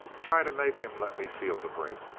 try and make him let me feel the break.